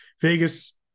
Vegas